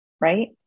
Right